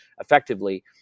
effectively